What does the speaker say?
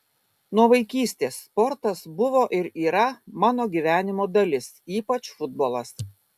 nuo vaikystės sportas buvo ir yra mano gyvenimo dalis ypač futbolas